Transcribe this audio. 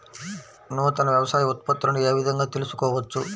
నూతన వ్యవసాయ ఉత్పత్తులను ఏ విధంగా తెలుసుకోవచ్చు?